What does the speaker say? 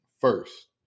first